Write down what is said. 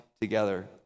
Together